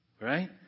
Right